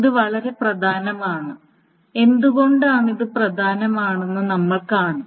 ഇത് വളരെ പ്രധാനമാണ് എന്തുകൊണ്ടാണ് ഇത് പ്രധാനമെന്ന് നമ്മൾ കാണും